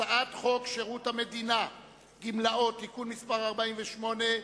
הצעת חוק שירות המדינה (גמלאות) (תיקון מס' 48),